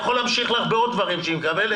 אני יכול להמשיך ולומר לך עוד דברים שהיא מקבלת.